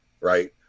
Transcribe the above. right